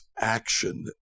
action